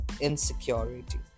insecurity